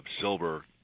silver